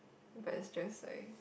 but it's just like